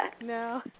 no